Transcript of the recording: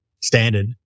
standard